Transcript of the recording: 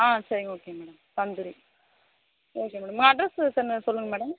ஆ சரி okay madam tandoori okay madam address செ சொல்லுங்கள் மேடம்